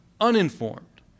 uninformed